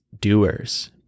doers